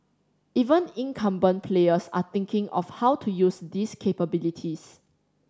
even incumbent players are thinking of how to use these capabilities